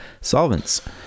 Solvents